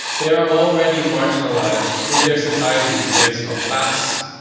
they are already marginalised in their societies based on class,